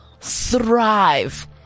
thrive